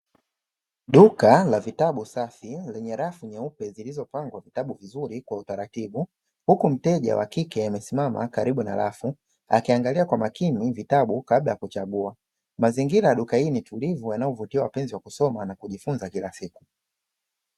Duka la vitabu safi lenye rafu nyeupe zilizopangwa vitabu vizuri kwa utaratibu, huku mteja wa kike amesimama karibu na rafu akiangalia kwa makini vitabu kabla ya kuchagua, mazingira ya duka hili ni tulivu yanayovutia wapenzi wa kusoma kujifunza kila siku.